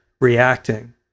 reacting